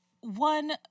One